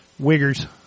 Wiggers